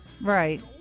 Right